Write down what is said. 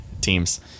teams